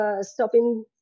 stopping